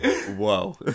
Whoa